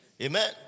Amen